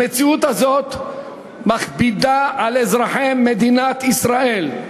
המציאות הזאת מכבידה על אזרחי מדינת ישראל,